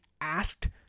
asked